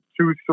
two